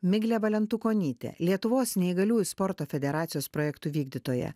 miglė valentukonytė lietuvos neįgaliųjų sporto federacijos projektų vykdytoja